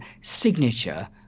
signature